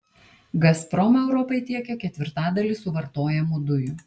gazprom europai tiekia ketvirtadalį suvartojamų dujų